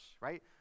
right